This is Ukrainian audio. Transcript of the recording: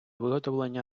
виготовлення